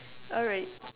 alright